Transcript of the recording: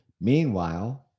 Meanwhile